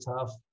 tough